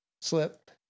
slip